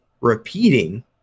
repeating